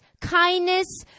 kindness